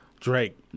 Drake